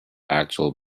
actual